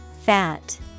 fat